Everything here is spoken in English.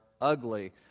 ugly